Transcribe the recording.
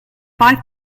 five